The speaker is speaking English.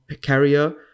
carrier